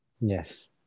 Yes